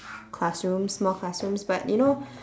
classrooms small classrooms but you know